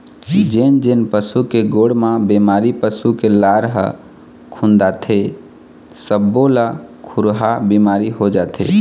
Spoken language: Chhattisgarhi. जेन जेन पशु के गोड़ म बेमार पसू के लार ह खुंदाथे सब्बो ल खुरहा बिमारी हो जाथे